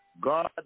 God